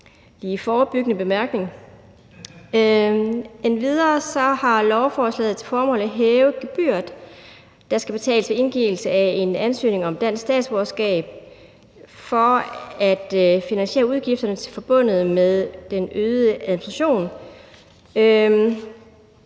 en forebyggende mærkning. Endvidere har lovforslaget til formål at hæve gebyret, der skal betales ved indgivelse af en ansøgning om dansk statsborgerskab for at finansiere udgifterne forbundet med den øgede administration.